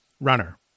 runner